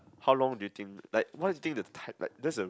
how long do you think like what do you think the type like that's a